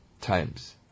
times